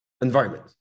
environment